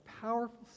powerful